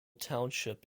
township